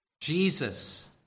Jesus